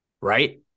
Right